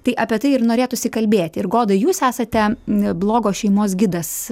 tai apie tai ir norėtųsi kalbėti ir goda jūs esate blogo šeimos gidas